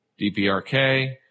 DPRK